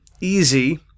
easy